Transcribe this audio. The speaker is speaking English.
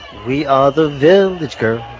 we are the village girls.